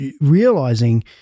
realizing